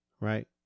right